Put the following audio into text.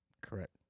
Correct